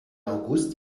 august